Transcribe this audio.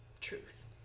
truth